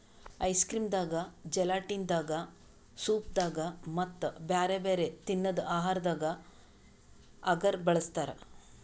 ice cream ದಾಗಾ gelatin ದಾಗಾ soup ದಾಗಾ ಮತ್ತ್ ಬ್ಯಾರೆ ಬ್ಯಾರೆ ತಿನ್ನದ್ ಆಹಾರದಾಗ ಅಗರ್ ಬಳಸ್ತಾರಾ